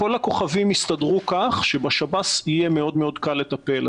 כל הכוכבים הסתדרו כך שבשב"ס יהיה מאוד מאוד קל לטפל.